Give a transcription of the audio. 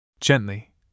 Gently